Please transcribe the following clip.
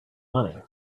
money